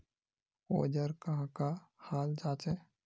औजार कहाँ का हाल जांचें?